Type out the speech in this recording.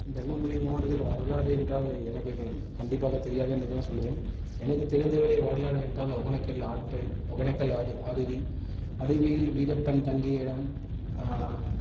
தருமபுரி மாவட்டத்தில் வரலாறு என்றால் எனக்கு கண்டிப்பாக தெரியாது என்று தான் சொல்லுவேன் எனக்கு தெரிந்த வரை வரலாறு என்றால் ஒகேனக்கல் ஆற்றில் ஒகேனக்கல் அ அருவி அருவியில் வீரப்பன் தங்கிய இடம்